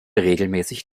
regelmäßig